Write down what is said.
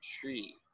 tree